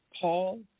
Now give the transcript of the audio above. Paul